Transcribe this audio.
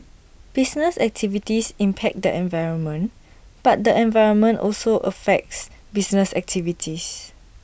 business activities impact the environment but the environment also affects business activities